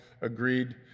agreed